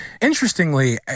Interestingly